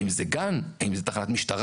האם זה גן, האם זה תחנת משטרה.